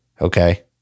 Okay